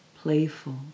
playful